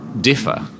differ